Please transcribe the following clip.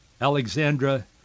Alexandra